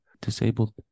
disabled